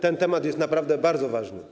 Ten temat jest naprawdę bardzo ważny.